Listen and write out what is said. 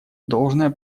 должное